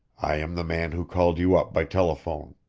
i am the man who called you up by telephone.